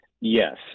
Yes